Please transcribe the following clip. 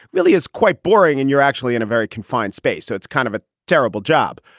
really is quite boring and you're actually in a very confined space. so it's kind of a terrible job.